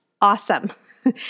Awesome